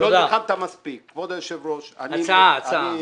כבוד היושב ראש, לגבי